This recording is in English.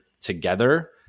together